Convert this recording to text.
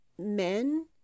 men